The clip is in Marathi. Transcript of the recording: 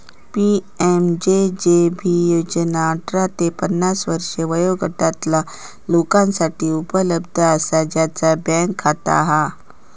पी.एम.जे.जे.बी योजना अठरा ते पन्नास वर्षे वयोगटातला लोकांसाठी उपलब्ध असा ज्यांचा बँक खाता हा